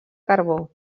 carbó